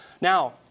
Now